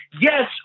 yes